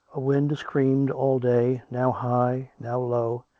a wind screamed all day, now high, now low,